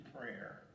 prayer